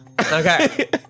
Okay